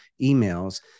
emails